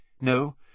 No